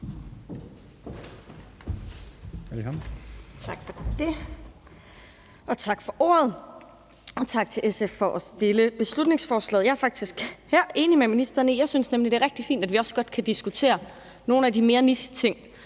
Tak for det. Og tak for ordet. Også tak til SF for at fremsætte beslutningsforslaget. Jeg er faktisk enig med ministeren her, for jeg synes nemlig, det er rigtig fint, vi også godt kan diskutere nogle af de mere nicheprægede